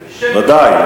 ודאי,